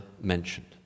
mentioned